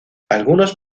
algunos